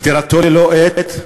פטירתו ללא עת,